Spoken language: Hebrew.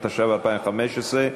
התשע"ו 2015,